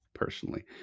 personally